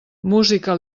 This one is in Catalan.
música